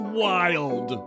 wild